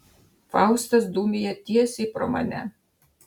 faustas dūmija tiesiai pro mane